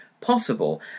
Possible